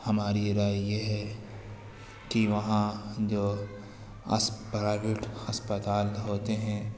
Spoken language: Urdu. ہماری رائے یہ ہے کہ وہاں جو پرائویٹ ہسپتال ہوتے ہیں